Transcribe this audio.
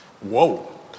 Whoa